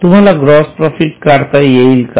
तुम्हाला gross profit काढता येईल का